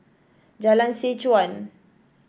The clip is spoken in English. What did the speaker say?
Jalan Seh Chuan